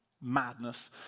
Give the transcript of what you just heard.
madness